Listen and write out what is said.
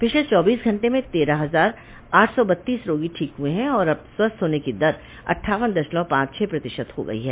पिछले चौबीस घंटे में तेरह हजार आठ सौ बत्तीस रोगी ठीक हए हैं और अब स्वस्थ होने की दर अट्ठावन दशमलव पांच छह प्रतिशत हो गई है